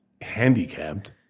handicapped